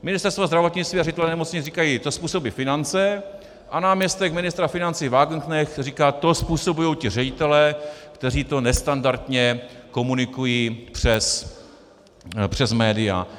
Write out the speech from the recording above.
Ministerstvo zdravotnictví a ředitelé nemocnic říkají: to způsobí finance, a náměstek ministra financí Wagenknecht říká: to způsobují ti ředitelé, kteří to nestandardně komunikují přes média.